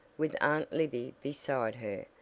with aunt libby beside her,